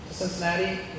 Cincinnati